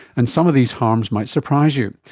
and some of these harms might surprise you.